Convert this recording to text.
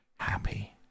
happy